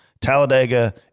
Talladega